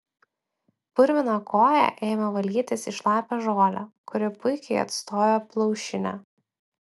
purviną koją ėmė valytis į šlapią žolę kuri puikiai atstojo plaušinę